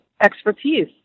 expertise